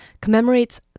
commemorates